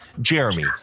Jeremy